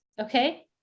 Okay